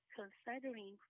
considering